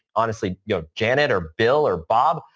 honestly, you know, janet, or bill or bob,